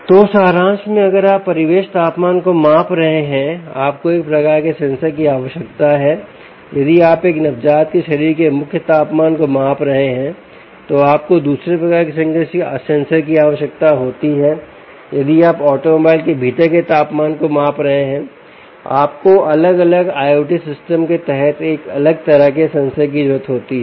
तो सारांश में अगर आप परिवेश तापमान को माप रहे हैं आपको एक प्रकार के सेंसर की आवश्यकता हैयदि आप एक नवजात के शरीर के मुख्य तापमान को माप रहे हैं तो आपको दूसरे प्रकार के सेंसर की आवश्यकता होती हैयदि आप ऑटोमोबाइल के भीतर के तापमान को माप रहे हैं आपको अलग अलग IOT सिस्टम के तहत एक अलग तरह के सेंसर की जरूरत होती है